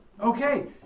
Okay